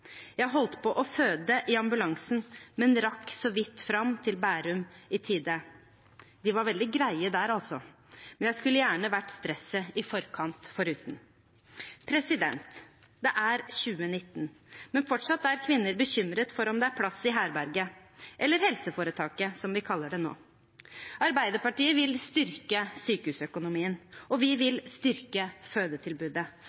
Jeg holdt på å føde i ambulansen, men rakk så vidt fram til Bærum i tide. De var veldig greie der, altså, men jeg skulle gjerne ha vært stresset i forkant foruten.» Det er 2019, men fortsatt er kvinner bekymret for om det er plass i herberget – eller helseforetaket, som vi kaller det nå. Arbeiderpartiet vil styrke sykehusøkonomien, og vi